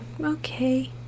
Okay